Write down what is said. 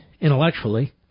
intellectually